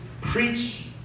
preach